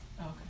Okay